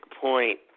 point